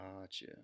Gotcha